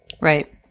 Right